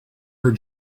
her